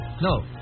No